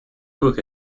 cook